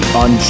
on